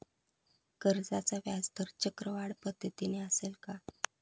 कर्जाचा व्याजदर चक्रवाढ पद्धतीने असेल का?